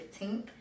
15th